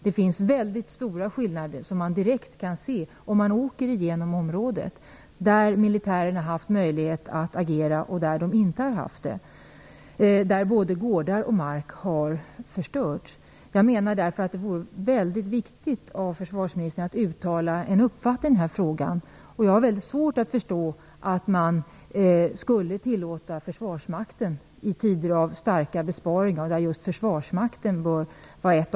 Det finns mycket stora skillnader som man direkt kan se om man åker igenom området. Man ser direkt var militärerna har haft möjlighet att agera och var de inte har haft det. Både gårdar och mark har förstörts. Jag menar därför är det mycket viktigt att försvarsministern uttalar en uppfattning i den här frågan. I tider av stora besparingar bör just försvarsmakten vara ett av de områden där vi kan ta allra mest.